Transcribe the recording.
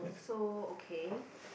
so okay